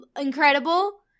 incredible